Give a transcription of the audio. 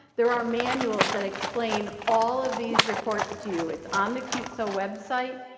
there are manuals that explain all of these reports to you. it's on the qtso website.